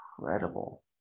incredible